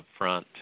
upfront